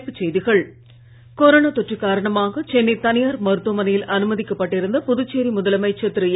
தலைப்புச்செய்திகள் corona தொற்று காரணமாக சென்னை தனியார் மருத்துவமனையில் அனுமதிக்கப்பட்டிருந்த புதுச்சேரி முதலமைச்சர் திரு என்